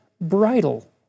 bridle